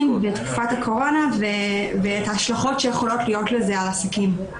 בתקופת הקורונה והשלכות שיכולות להיות לזה על העסקים.